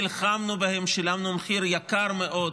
נלחמנו בהם ושילמנו מחיר יקר מאוד